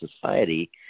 society